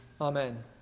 Amen